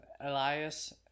Elias